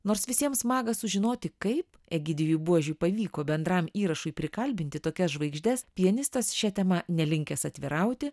nors visiems maga sužinoti kaip egidijui buožiui pavyko bendram įrašui prikalbinti tokias žvaigždes pianistas šia tema nelinkęs atvirauti